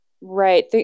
Right